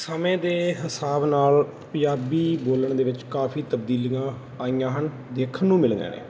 ਸਮੇਂ ਦੇ ਹਿਸਾਬ ਨਾਲ ਪੰਜਾਬੀ ਬੋਲਣ ਦੇ ਵਿੱਚ ਕਾਫੀ ਤਬਦੀਲੀਆਂ ਆਈਆਂ ਹਨ ਦੇਖਣ ਨੂੰ ਮਿਲੀਆਂ ਨੇ